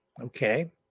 Okay